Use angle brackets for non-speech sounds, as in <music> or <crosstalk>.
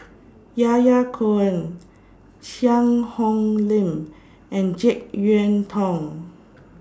<noise> Yahya Cohen Cheang Hong Lim and Jek Yeun Thong